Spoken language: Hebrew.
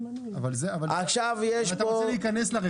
אתה רוצה להיכנס לרפורמה?